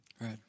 Right